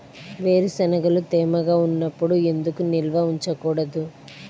వేరుశనగలు తేమగా ఉన్నప్పుడు ఎందుకు నిల్వ ఉంచకూడదు?